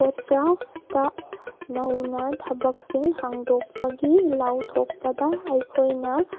code craft ꯅꯧꯅ ꯊꯕꯛꯁꯤꯡ ꯍꯥꯡꯗꯣꯛꯄꯒꯤ ꯂꯥꯎꯊꯣꯛꯄꯗ ꯑꯩꯈꯣꯏꯅ